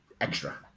extra